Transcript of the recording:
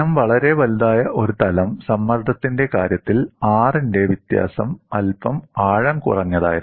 കനം വളരെ വലുതായ ഒരു തലം സമ്മർദ്ദത്തിന്റെ കാര്യത്തിൽ R ന്റെ വ്യത്യാസം അല്പം ആഴം കുറഞ്ഞതായിരുന്നു